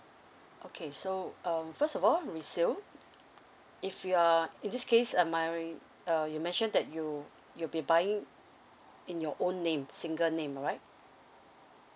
okay so um first of all resale if you're in this case uh my uh you mentioned that you you'll be buying in your own name single name alright